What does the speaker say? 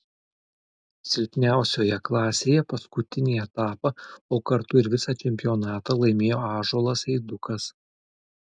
silpniausioje klasėje paskutinį etapą o kartu ir visą čempionatą laimėjo ąžuolas eidukas